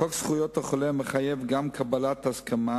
חוק זכויות החולה מחייב גם קבלת הסכמה